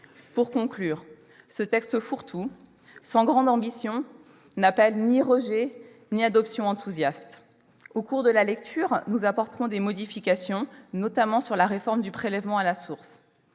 Pour conclure, ce texte fourre-tout, sans grande ambition, n'appelle ni rejet ni adoption enthousiaste. Au cours de la lecture, nous apporterons des modifications, notamment sur la réforme du prélèvement à la source.